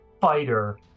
fighter